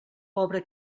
pobre